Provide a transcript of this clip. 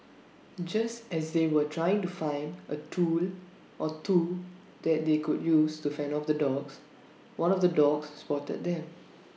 just as they were trying to find A tool or two that they could use to fend off the dogs one of the dogs spotted them